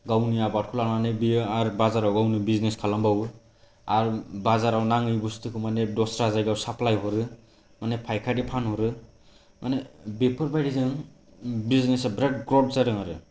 गावनि आबादखौ लानानै बियो आरो बाजाराव गावनो बिजनेस खालामबावो आरो बाजाराव नाङि बस्तुखौ माने दस्रा जायगायाव साप्लाइ हरो माने पाइकारि फानहरो माने बेफोरबायदिजों बिजनेसा बिरात ग्रथ जादों आरो